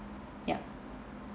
yup